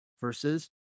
versus